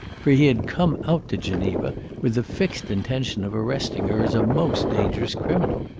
for he had come out to geneva with the fixed intention of arresting her as a most dangerous criminal.